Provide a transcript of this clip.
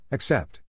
Accept